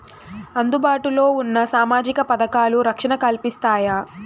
అందుబాటు లో ఉన్న సామాజిక పథకాలు, రక్షణ కల్పిస్తాయా?